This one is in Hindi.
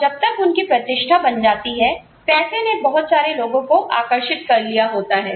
और जब तक उनकी प्रतिष्ठा बन जाती है पैसे ने बहुत सारे लोगों को आकर्षित कर लिया होता है